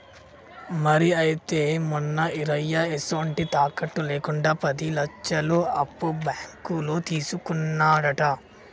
మరి అయితే మొన్న ఈరయ్య ఎసొంటి తాకట్టు లేకుండా పది లచ్చలు అప్పు బాంకులో తీసుకున్నాడట